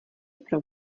pro